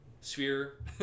sphere